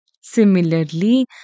Similarly